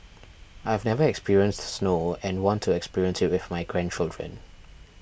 I have never experienced snow and want to experience it with my grandchildren